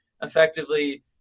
effectively